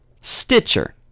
Stitcher